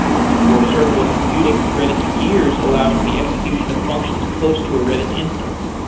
for serverless computing, redis gears allows for the execution of functions close to a redis instance,